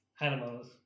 animals